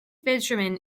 fishermen